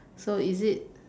so is it